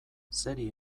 zeri